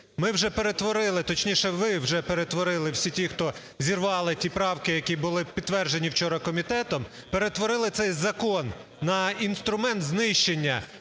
Ми вже перетворили, точніше, ви вже перетворили, всі ті, хто зірвали ті правки, які були підтверджені вчора комітетом, перетворили цей закон на інструмент знищення